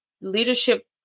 leadership